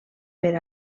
per